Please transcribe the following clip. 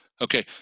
Okay